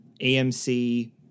AMC